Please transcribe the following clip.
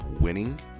winning